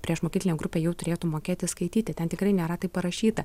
priešmokyklinę grupę jau turėtų mokėti skaityti ten tikrai nėra taip parašyta